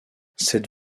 cette